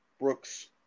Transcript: Brooks